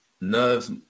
nerves